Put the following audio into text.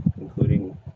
including